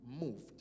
moved